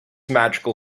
magical